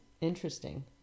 Interesting